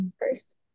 first